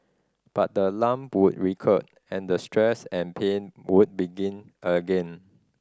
but the lump would recur and the stress and pain would begin again